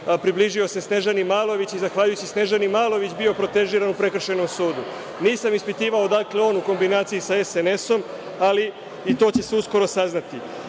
približio se Snežani Malović i zahvaljujući Snežani Malović bio protežiran u Prekršajnom sudu. Nisam ispitivao odakle on u kombinaciji sa SNS, ali i to će se uskoro saznati. Ono